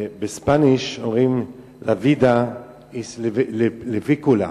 בספרדית אומרים la vida es una pelicula,